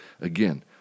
again